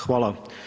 Hvala.